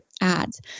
ads